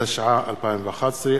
התשע"א 2011,